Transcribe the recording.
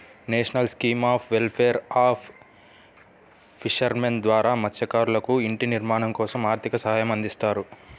national scheme of welfare of fishermen ద్వారా మత్స్యకారులకు ఇంటి నిర్మాణం కోసం ఆర్థిక సహాయం అందిస్తారు